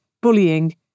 bullying